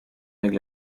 avec